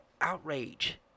outrage